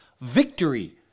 victory